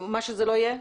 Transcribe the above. מה שזה לא יהיה.